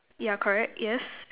yeah correct yes